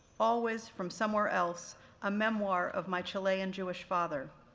always from somewhere else a memoir of my chilean jewish father,